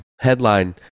headline